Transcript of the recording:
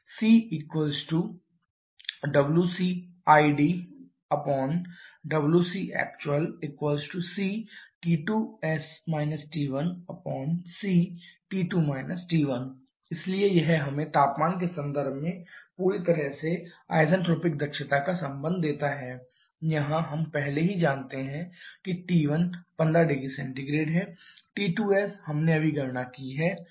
𝜂cwcidwcactc𝒫T2s T1c𝒫T2 T1 इसलिए यह हमें तापमान के संदर्भ में पूरी तरह से आइसेंट्रोपिक दक्षता का संबंध देता है यहां हम पहले से ही जानते हैं T115℃ T2s हमने अभी गणना की है